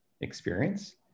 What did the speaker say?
experience